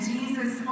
Jesus